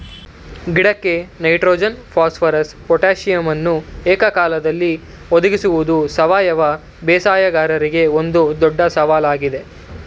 ಗಿಡಕ್ಕೆ nitrogen phosphorus ಪೊಟಾಸಿಯಮನ್ನು ಏಕಕಾಲದಲ್ಲಿ ಒದಗಿಸುವುದು ಸಾವಯವ ಬೇಸಾಯಗಾರರಿಗೆ ಒಂದು ದೊಡ್ಡ ಸವಾಲಾಗಿದೆ